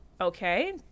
Okay